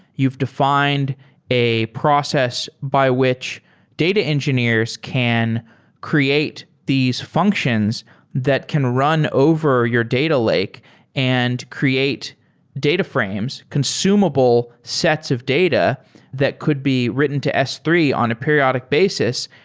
you've defined a process by which data engineers can create these functions that can run over your data lake and create data frames, consumable sets of data that could be written to s three on a period basis.